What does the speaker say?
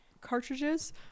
cartridges